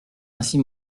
ainsi